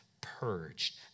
purged